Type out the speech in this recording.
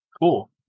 Cool